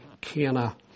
Cana